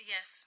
Yes